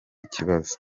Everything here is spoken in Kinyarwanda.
ikibazo